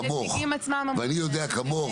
כמוך --- הנציגים עצמם אמרו --- ואני יודע כמוך,